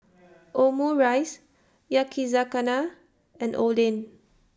Omurice Yakizakana and Oden